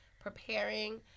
preparing